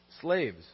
Slaves